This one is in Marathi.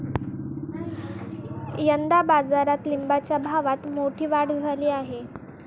यंदा बाजारात लिंबाच्या भावात मोठी वाढ झाली आहे